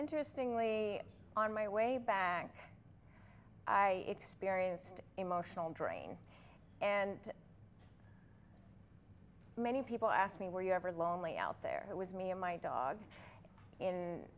interestingly on my way back i experienced emotional drain and many people ask me where you ever lonely out there it was me and my dog in